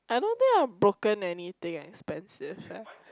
I don't think I have broken anything expensive eh